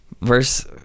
verse